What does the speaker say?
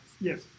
Yes